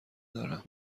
دارم